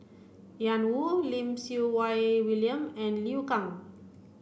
Ian Woo Lim Siew Wai William and Liu Kang